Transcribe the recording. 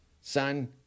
son